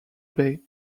bay